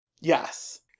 Yes